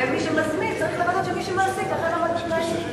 ומי שמזמין צריך לדעת שמי שמעסיק אכן עומד בתנאים.